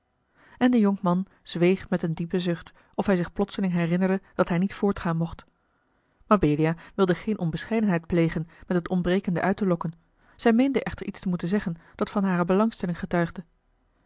en de jonkman zweeg met een diepen zucht of hij zich plotseling herinnerde dat hij niet voortgaan mocht mabelia wilde geene onbescheidenheid plegen met het ontbrekende uit te lokken zij meende echter iets te moeten zeggen dat van hare belangstelling getuigde